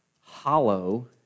hollow